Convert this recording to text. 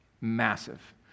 massive